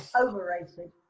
Overrated